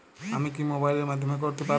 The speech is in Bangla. আমি কি মোবাইলের মাধ্যমে করতে পারব?